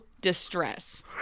distress